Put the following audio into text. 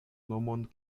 nomon